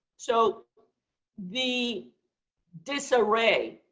so the disarray,